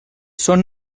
són